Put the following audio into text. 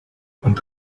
und